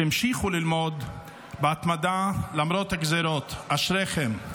שהמשיכו ללמוד בהתמדה למרות הגזרות, אשריכם.